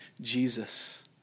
Jesus